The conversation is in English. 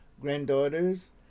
granddaughters